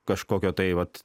kažkokio tai vat